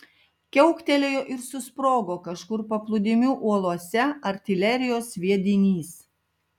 kiauktelėjo ir susprogo kažkur paplūdimių uolose artilerijos sviedinys